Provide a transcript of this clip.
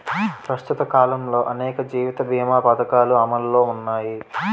ప్రస్తుత కాలంలో అనేక జీవిత బీమా పధకాలు అమలులో ఉన్నాయి